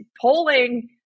polling